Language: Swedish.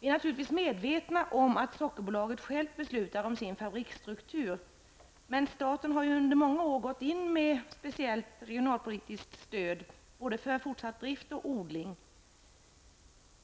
Vi är naturligtvis medvetna om att Sockerbolaget självt beslutar om sin fabriksstruktur, men staten har ju under många år gått in med speciellt regionalpolitiskt stöd, både för fortsatt drift och för odling.